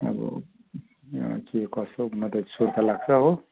अब के कसो म त सुर्ता लाग्छ हो